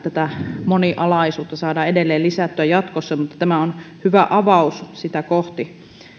tätä moni alaisuutta saadaan edelleen lisättyä jatkossa mutta tämä on hyvä avaus sitä kohti